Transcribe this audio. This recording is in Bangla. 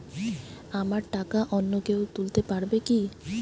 আমার টাকা অন্য কেউ তুলতে পারবে কি?